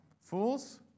fools